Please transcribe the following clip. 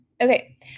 okay